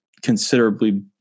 considerably